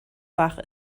fach